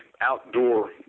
outdoor